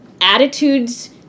attitudes